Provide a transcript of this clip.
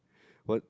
what